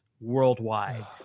worldwide